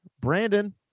Brandon